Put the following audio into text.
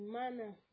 manner